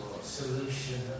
solution